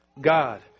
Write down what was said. God